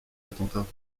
attentats